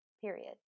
period